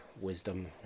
Wisdom